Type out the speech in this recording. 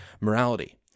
morality